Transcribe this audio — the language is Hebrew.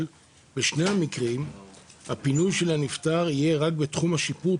בשני המקרים הפינוי של הנפטר יהיה רק בתחום השיפוט